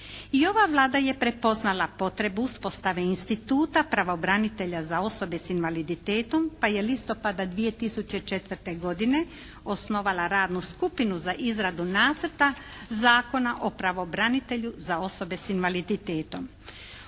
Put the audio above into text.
I ova Vlada je prepoznala potrebu uspostave instituta pravobranitelja za osobe s invaliditetom pa je listopada 2004. godine osnovala radnu skupinu za izradu nacrta zakona o pravobranitelju za osobe s invaliditetom.